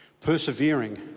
Persevering